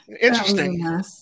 Interesting